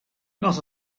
not